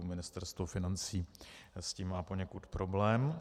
Ministerstvo financí s tím má poněkud problém.